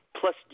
Plus